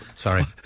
Sorry